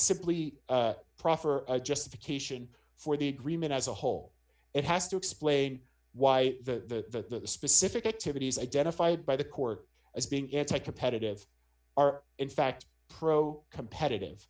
simply proffer a justification for the agreement as a whole it has to explain why the specific activities identified by the court as being it's a competitive are in fact pro competitive